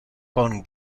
con